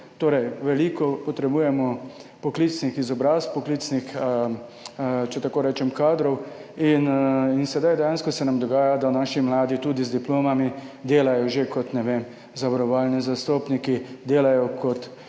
torej potrebujemo veliko poklicnih izobrazb, poklicnih, če tako rečem, kadrov. Dejansko se nam dogaja, da tudi naši mladi z diplomami delajo že kot, ne vem, zavarovalni zastopniki, delajo kot